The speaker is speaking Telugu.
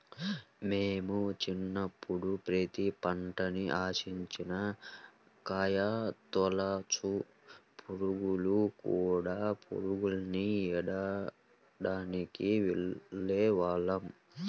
మేము చిన్నప్పుడు పత్తి పంటని ఆశించిన కాయతొలచు పురుగులు, కూడ పురుగుల్ని ఏరడానికి వెళ్ళేవాళ్ళం